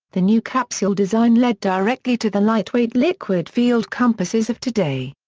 the new capsule design led directly to the lightweight liquid field compasses of today.